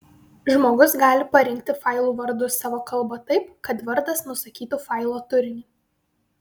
žmogus gali parinkti failų vardus savo kalba taip kad vardas nusakytų failo turinį